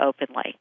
openly